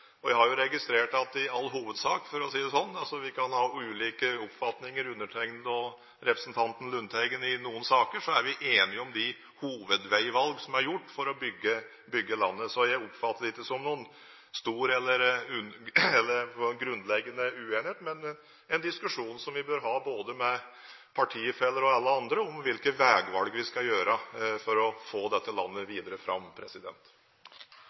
statsbudsjettet. Jeg har registrert at vi, undertegnede og representanten Lundteigen, i all hovedsak er enig om de hovedveivalg som er gjort for å bygge landet – selv om vi i noen saker kan ha ulike oppfatninger. Derfor oppfatter jeg det ikke som en stor eller grunnleggende uenighet, men det er en diskusjon som vi bør ha med både partifeller og alle andre, om hvilke veivalg vi skal gjøre for å få dette landet videre fram.